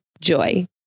Joy